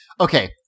Okay